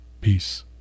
Peace